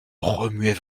remuait